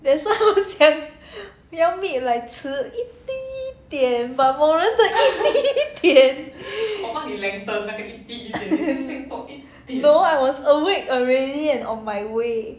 that's why 我讲你要 meet like 迟一点 but 我们的一点 no I was awake already and on my way